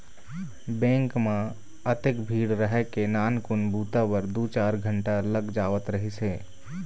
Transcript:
bank म अतेक भीड़ रहय के नानकुन बूता बर दू चार घंटा लग जावत रहिस हे